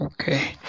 Okay